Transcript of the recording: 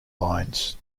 lines